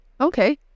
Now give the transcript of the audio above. Okay